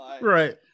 Right